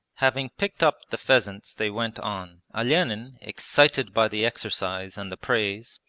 having picked up the pheasants they went on. olenin, excited by the exercise and the praise,